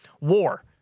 War